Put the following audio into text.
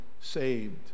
saved